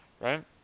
right